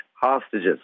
hostages